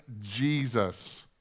Jesus